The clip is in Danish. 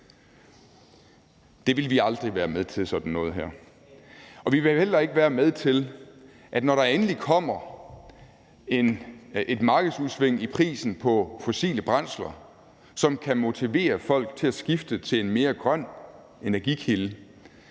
her vil vi aldrig være med til, og vi vil heller ikke være med til, at vi, når der endelig kommer et markedsudsving i prisen på fossile brændsler, som kan motivere folk til at skifte til en mere grøn energikilde,